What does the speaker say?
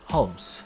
Holmes